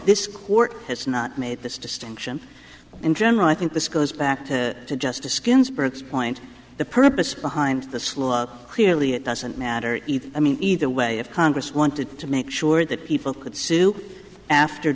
this court has not made this distinction in general i think this goes back to just askin spritz point the purpose behind this law clearly it doesn't matter i mean either way if congress wanted to make sure that people could sue after